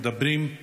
מדברים,